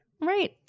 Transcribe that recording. Right